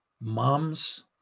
Moms